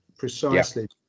Precisely